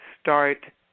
start